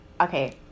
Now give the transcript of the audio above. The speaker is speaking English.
okay